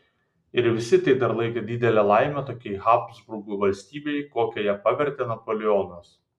ir visi tai dar laikė didele laime tokiai habsburgų valstybei kokia ją pavertė napoleonas